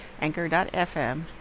anchor.fm